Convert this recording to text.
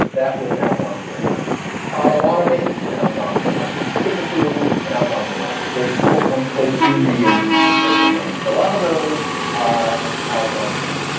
that was an algonquian language, pottawattamie and algonkin language, kickapoo and algonkin language. those, quote unquote, indian sorts of names. a lot of those are algonquian.